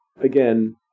again